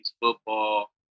football